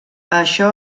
això